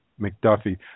McDuffie